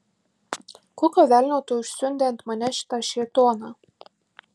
kokio velnio tu užsiundei ant manęs šitą šėtoną